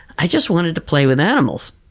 i just wanted to play with animals.